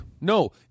no